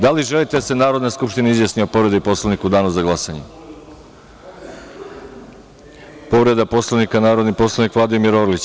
Da li želite da se Narodna skupština izjasni o povredi Poslovnika u danu za glasanje? (Ne.) Povreda Poslovnika narodni poslanik Vladimir Orlić.